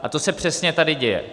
A to se přesně tady děje.